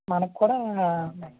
మనకి కూడా